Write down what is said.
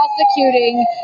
prosecuting